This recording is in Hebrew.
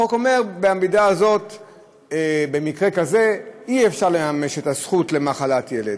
החוק אומר שבמקרה כזה אי-אפשר לממש את הזכות למחלת ילד.